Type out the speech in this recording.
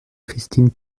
christine